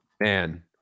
Man